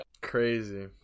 Crazy